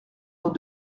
dans